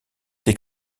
est